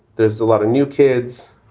there's a lot of new kids.